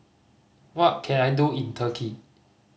what can I do in Turkey